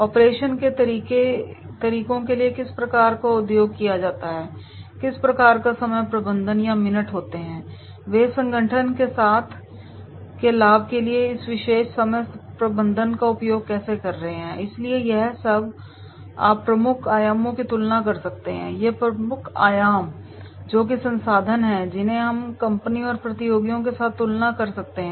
operation के तरीकों के लिए किस प्रकार का उपयोग किया जाता है और फिर किस प्रकार का समय प्रबंधन या मिनट होते हैं वे संगठन के लाभ के लिए इस विशेष समय प्रबंधन का उपयोग कैसे कर रहे हैं इसलिए यह सब आप प्रमुख आयामों की तुलना कर सकते हैं ये प्रमुख आयाम हैं जो कि संसाधन हैं जिन्हें हम कंपनी और प्रतियोगियों के साथ तुलना कर सकते हैं